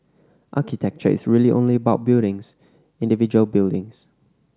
architecture is really only about buildings individual buildings